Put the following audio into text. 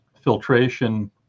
filtration